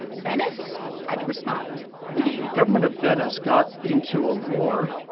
venice had to respond the government of venice got into a war.